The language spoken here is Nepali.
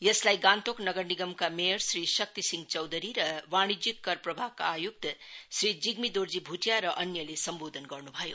यसलाई गान्तोक नगर निगमका मेयर श्री शक्ति सिंह चौधरी र वाणिज्यीक कर प्रभागका आय्क्त श्री जिग्मी दोर्जी भुटिया र अन्यले सम्वोधन गर्नु भयो